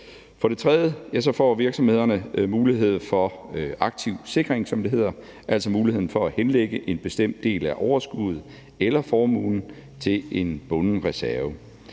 For det tredje får virksomhederne mulighed for aktiv sikring, som det hedder, altså mulighed for at henlægge en bestemt del af overskuddet eller formuen til en bunden reserve.